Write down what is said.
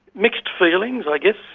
mixed feelings i guess,